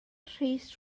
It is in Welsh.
rhys